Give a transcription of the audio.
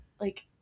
like-